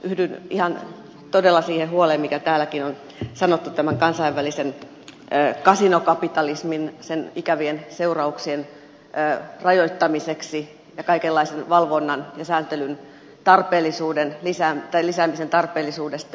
yhdyn ihan todella siihen huoleen mikä täälläkin on sanottu tämän kansainvälisen kasinokapitalismin ikävien seurauksien rajoittamisesta ja kaikenlaisen valvonnan ja sääntelyn lisäämisen tarpeellisuudesta